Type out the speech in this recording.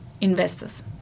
investors